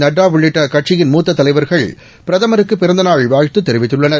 நட்டா உள்ளிட்ட அக்கட்சியின் மூத்த தலைவர்கள் பிரதமருககு பிறந்த நாள் வாழ்த்து தெரிவித்துள்ளனர்